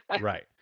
Right